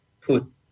put